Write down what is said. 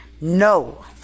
No